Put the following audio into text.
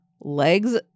legs